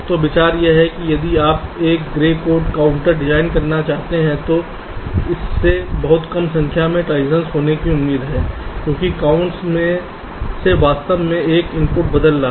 तो विचार यह है कि यदि आप एक ग्रे कोड काउंटर डिज़ाइन करना चाहते हैं तो इससे बहुत कम संख्या में ट्रांसिशन्स होने की उम्मीद है क्योंकि काउंट्स में से वास्तव में एक इनपुट बदल रहा है